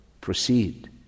proceed